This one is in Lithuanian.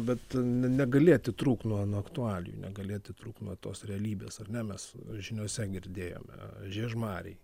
bet n negali atitrūkti nuo nuo aktualijų negali atitrūkt nuo tos realybės ar ne mes žiniose girdėjome žiežmariai